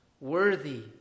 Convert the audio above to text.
worthy